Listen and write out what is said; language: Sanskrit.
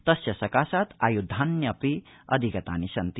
तस्य सकाशात् आयुधान्यपि अधिगतानि सन्ति